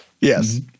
Yes